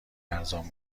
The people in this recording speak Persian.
ارزان